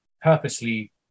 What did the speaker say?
purposely